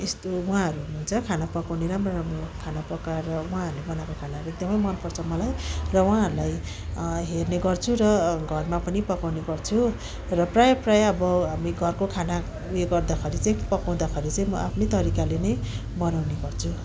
यस्तो उहाँहरू हुनुहुन्छ खाना पकाउने राम्रो राम्रो खाना पकाएर उहाँहरूले बनाएको खानाहरू एकदमै मनपर्छ मलाई र उहाँहरूलाई हेर्ने गर्छु र घरमा पनि पकाउने गर्छु र प्रायः प्रायः अब हामी घरको खाना उयो गर्दाखेरि चाहिँ पकाउँदाखेरि चाहिँ म आफ्नै तरिकाले नै बनाउने गर्छु